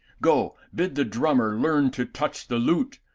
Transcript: go, bid the drummer learn to touch the lute,